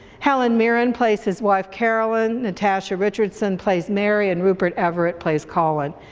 helen mirren plays his wife caroline, natasha richardson plays mary, and rupert everett plays colin.